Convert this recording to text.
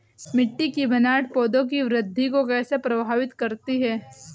मिट्टी की बनावट पौधों की वृद्धि को कैसे प्रभावित करती है?